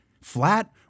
flat